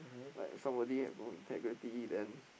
like somebody have no integrity then